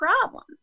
problem